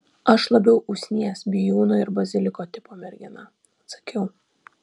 aš labiau usnies bijūno ir baziliko tipo mergina atsakiau